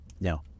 No